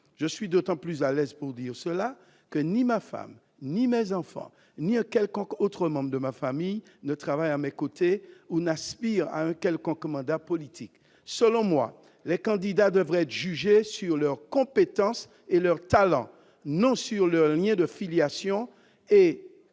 Je suis d'autant plus à l'aise pour le dire que ni ma femme, ni mes enfants, ni un quelconque autre membre de ma famille ne travaillent à mes côtés ou n'aspire à quelque mandat politique que ce soit. Selon moi, les candidats devraient être jugés sur leurs compétences et leurs talents, non sur leurs liens de filiation,